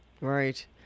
Right